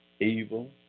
Evil